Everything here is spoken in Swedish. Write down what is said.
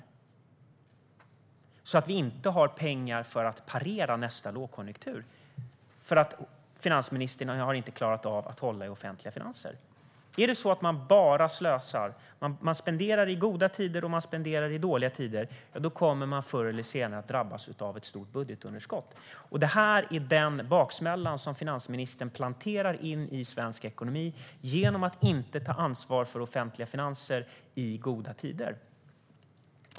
Vi kommer alltså inte att ha pengar för att parera nästa lågkonjunktur, eftersom finansministern inte har klarat av att hålla i de offentliga finanserna. Om man bara slösar, spenderar i goda tider och spenderar i dåliga tider, kommer man förr eller senare att drabbas av ett stort budgetunderskott. Det är den baksmällan som finansministern planterar in i svensk ekonomi genom att inte ta ansvar för offentliga finanser i goda tider.